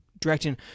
directing